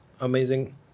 amazing